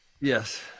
Yes